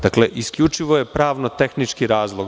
Dakle, isključivo je pravno tehnički razloga.